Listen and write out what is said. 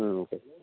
ம் okay sir